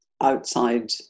outside